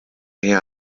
hea